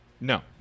No